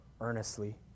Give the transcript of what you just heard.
earnestly